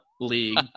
league